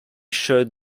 showed